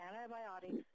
antibiotics